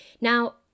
Now